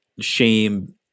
shame